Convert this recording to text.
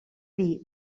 dir